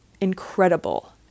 incredible